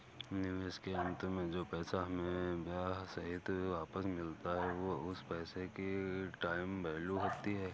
निवेश के अंत में जो पैसा हमें ब्याह सहित वापस मिलता है वो उस पैसे की टाइम वैल्यू होती है